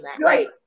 right